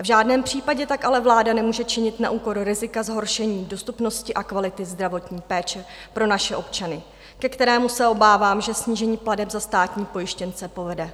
V žádném případě tak ale vláda nemůže činit na úkor rizika zhoršení dostupnosti a kvality zdravotní péče pro naše občany, ke kterému, se obávám, že snížení plateb za státní pojištěnce povede.